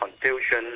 confusion